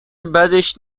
بدش